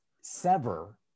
sever